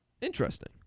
Interesting